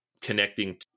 connecting